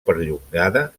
perllongada